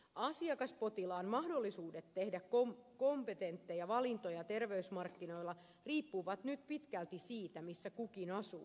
asiakas potilaan mahdollisuudet tehdä kompetentteja valintoja terveysmarkkinoilla riippuvat nyt pitkälti siitä missä hän asuu